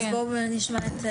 בואו נשמע.